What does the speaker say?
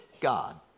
God